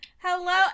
hello